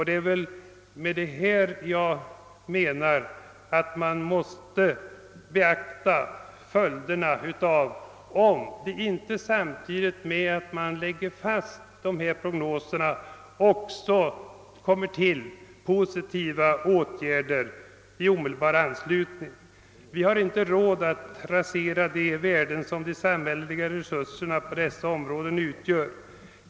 Det är följderna av detta jag anser att man måste beakta, och samtidigt med att man lägger fast dessa prognoser måste man omedelbart vidta positiva åtgärder i anslutning härtill. Vi har inte råd att rasera de värden som de samhälleliga resurserna på dessa områden utgör.